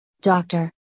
doctor